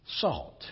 Salt